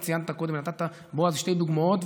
אתה נתת קודם שתי דוגמאות,